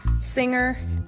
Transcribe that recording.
singer